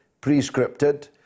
pre-scripted